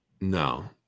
No